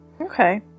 Okay